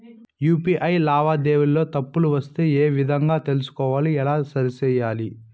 UPI లావాదేవీలలో తప్పులు వస్తే ఏ విధంగా తెలుసుకోవాలి? ఎలా సరిసేయాలి?